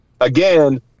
again